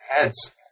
heads